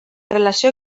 relació